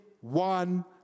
one